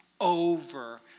over